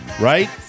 Right